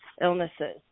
illnesses